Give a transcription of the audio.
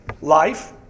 life